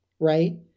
right